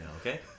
okay